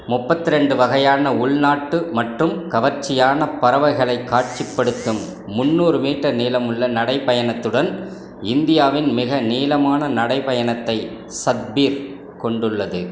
முப்பத்தி ரெண்டு வகையான உள்நாட்டு மற்றும் கவர்ச்சியான பறவைகளை காட்சிப்படுத்தும் முன்னூறு மீட்டர் நீளமுள்ள நடைப்பயணத்துடன் இந்தியாவின் மிக நீளமான நடைப்பயணத்தை சத்பீர் கொண்டுள்ளது